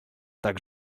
tak